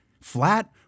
flat